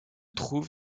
trouve